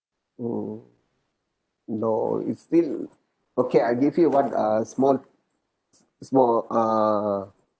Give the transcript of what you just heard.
oh no it's still okay I give you one uh small small err